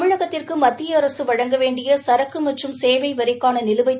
தமிழகத்திற்கு மத்திய அரசு வழங்க வேண்டிய சரக்கு மற்றும் சேவை வரிக்கான நிலுவைத்